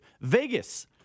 Vegas